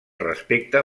respecte